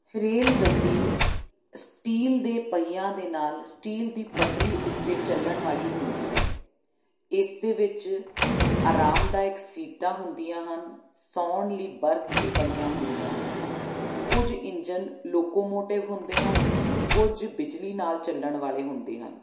rail ਗੱਡੀ steel ਦੇ ਪਹੀਆਂ ਦੇ ਨਾਲ ਸਟੀਲ ਦੀ ਪਟਰੀ ਉੱਤੇ ਚੱਲਣ ਵਾਲੀ ਹੁੰਦੀ ਹੈ ਇਸ ਦੇ ਵਿੱਚ ਆਰਾਮਦਾਇਕ ਸੀਟਾਂ ਹੁੰਦੀਆਂ ਹਨ ਸੌਣ ਲਈ ਬਰਥ ਵੀ ਬਣੀਆਂ ਹੁੰਦੀਆਂ ਹਨ ਕੁਝ ਇੰਜਨ ਲੋਕੋਮੋਟਿਵ ਹੁੰਦੇ ਹਨ ਕੁਝ ਬਿਜਲੀ ਨਾਲ ਚੱਲਣ ਵਾਲੇ ਹੁੰਦੇ ਹਨ